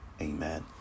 Amen